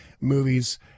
movies